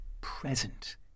present